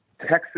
Texas